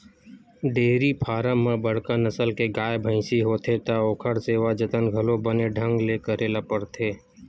dairy farm म बड़का नसल के गाय, भइसी होथे त ओखर सेवा जतन घलो बने ढंग ले करे ल परथे